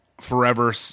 forever